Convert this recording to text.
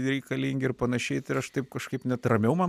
reikalingi ir panašiai tai ir aš taip kažkaip net ramiau man